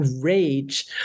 rage